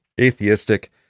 atheistic